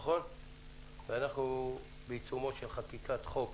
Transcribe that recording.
אנחנו בעיצומה של חקיקת חוק